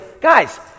Guys